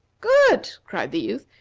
good! cried the youth.